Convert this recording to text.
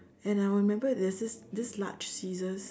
and I will remember there's this this large scissors